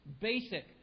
basic